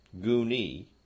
guni